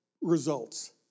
results